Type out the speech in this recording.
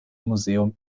museum